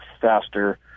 faster